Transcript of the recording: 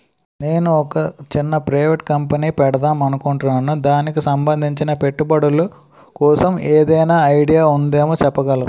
నేను ఒక చిన్న ప్రైవేట్ కంపెనీ పెడదాం అనుకుంటున్నా దానికి సంబందించిన పెట్టుబడులు కోసం ఏదైనా ఐడియా ఉందేమో చెప్పగలరా?